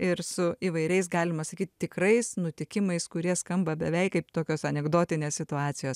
ir su įvairiais galima sakyt tikrais nutikimais kurie skamba beveik kaip tokios anekdotinės situacijos